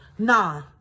Nah